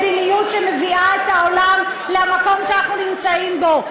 מדיניות שמביאה את העולם למקום שאנחנו נמצאים בו.